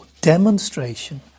demonstration